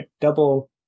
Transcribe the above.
Double